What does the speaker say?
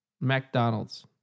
McDonald's